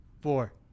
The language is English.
four